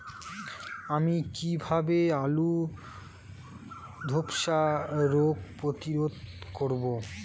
আমি কিভাবে আলুর ধ্বসা রোগ প্রতিরোধ করব?